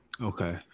Okay